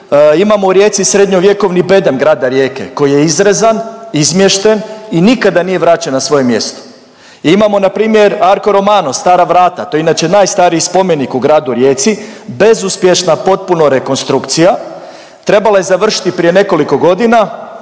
Imamo u Rijeci srednjovjekovni bedem grada Rijeke koji je izrezan, izmješten i nikada nije vraćen na svoje mjesto. Imamo npr. Arco romano stara vrata, to je inače najstariji spomenik u gradu Rijeci, bezuspješna potpuno rekonstrukcija, trebala je završiti prije nekoliko godina,